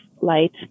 light